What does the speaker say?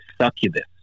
succubus